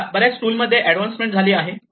आता बऱ्याच टूल मध्ये ऍडव्हान्समेंट झाली आहे